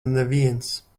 neviens